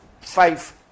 five